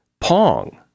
Pong